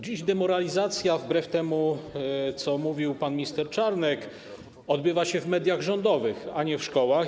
Dziś demoralizacja wbrew temu, co mówił pan minister Czarnek, odbywa się w mediach rządowych, a nie w szkołach.